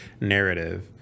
narrative